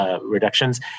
reductions